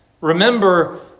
Remember